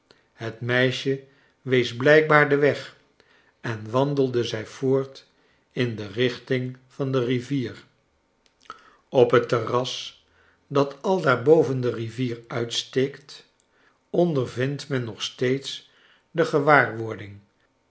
het meisje wees blijkbaar den weg en wandelden zij voort in de richting van de rivier op het terras dat aldaar boven de rivier uitsteekt ondervindt men nog steeds de gewaarwording